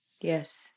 Yes